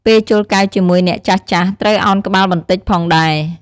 ពេលជល់កែវជាមួយអ្នកចាស់ៗ ត្រូវឳនក្បាលបន្តិចផងដែរ។